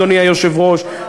אדוני היושב-ראש,